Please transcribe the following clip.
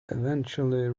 eventually